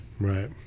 Right